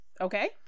Okay